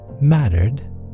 mattered